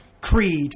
creed